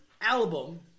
album